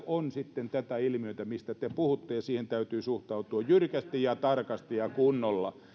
on sitten tätä ilmiötä mistä te puhuttu ja siihen täytyy suhtautua jyrkästi ja tarkasti ja kunnolla